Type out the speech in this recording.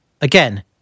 Again